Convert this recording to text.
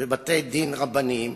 בבתי-דין רבניים,